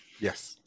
Yes